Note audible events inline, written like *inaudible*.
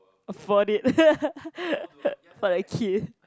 afford it *laughs* for their kid